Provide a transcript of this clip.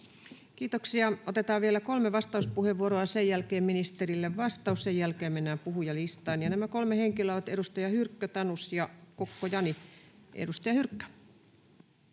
Kiitoksia. — Otetaan vielä kolme vastauspuheenvuoroa ja sen jälkeen ministerille vastaus. Sen jälkeen mennään puhujalistaan. Nämä kolme henkilöä ovat edustajat Hyrkkö, Tanus ja Kokko, Jani. — Edustaja Hyrkkö.